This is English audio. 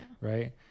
right